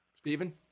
Stephen